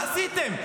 מה עשיתם?